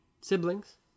siblings